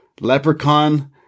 Leprechaun